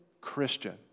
Christian